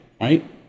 right